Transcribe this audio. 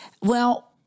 Well-